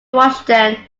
washington